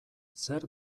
zer